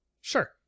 Sure